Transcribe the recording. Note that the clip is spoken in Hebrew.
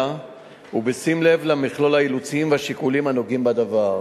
ובשים לב למכלול האילוצים והשיקולים הנוגעים בדבר.